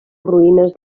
ruïnes